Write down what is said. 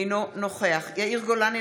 אינו נוכח יאיר גולן,